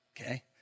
okay